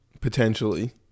potentially